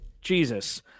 jesus